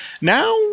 now